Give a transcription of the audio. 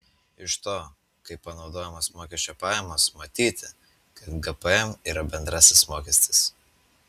iš to kaip panaudojamos mokesčio pajamos matyti kad gpm yra bendrasis mokestis